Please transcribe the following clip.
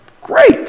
great